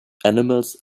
animals